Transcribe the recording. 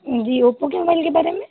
जी Oppo के mobile के बारे में